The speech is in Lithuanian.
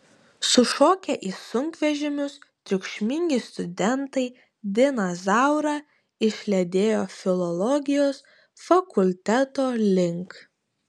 sušokę į sunkvežimius triukšmingi studentai diną zaurą išlydėjo filologijos fakulteto link